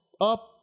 up